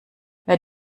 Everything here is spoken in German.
wer